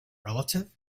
relative